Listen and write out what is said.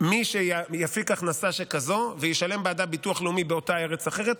מי שיפיק הכנסה כזאת וישלם בעדה ביטוח לאומי באותה ארץ אחרת,